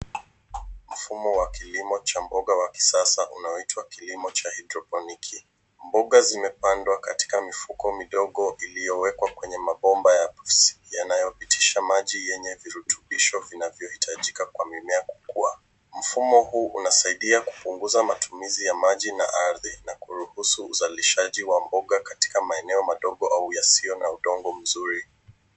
Mfumo wa kilimo cha mboga wa kisasa unaoitwa kilimo cha hydroponiki Mbuga zimepandwa katika mifugo iliowekwa kwenye mapomba yanayopitisha maji yenye virutubisho vinavyohitajika kura mimea. Mfumo huu unasaidia kupunguza matumizi ya mali na ardhi na kuruhusu usalishaji wa mboga katika maeneo madogo yasiyo na udongo Mzuri.